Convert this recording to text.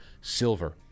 silver